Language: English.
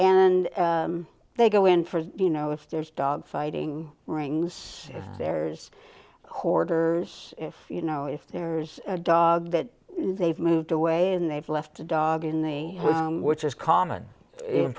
and they go in for you know if there's dog fighting rings there's hoarders if you know if there's a dog that they've moved away and they've left a dog in the which is common